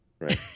Right